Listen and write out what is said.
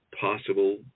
possible